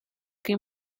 que